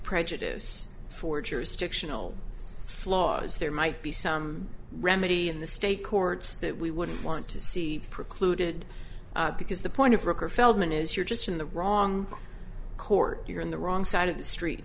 prejudice for jurisdictional flaws there might be some remedy in the state courts that we wouldn't want to see precluded because the point of record feldman is you're just in the wrong court you're in the wrong side of the street